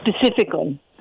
specifically